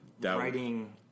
writing